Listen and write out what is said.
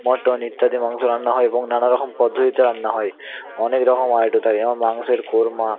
mutton ইত্যাদি মাংস রান্না হয় এবং নানা রকম পদ্ধতিতে রান্না হয় অনেক রকম আইটেম থাকে যেমন মাংসের কোর্মা